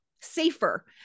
safer